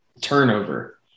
turnover